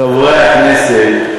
חברי הכנסת,